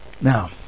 Now